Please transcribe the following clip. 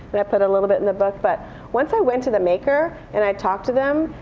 but i put a little bit in the book. but once i went to the maker, and i talked to them,